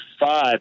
five